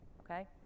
okay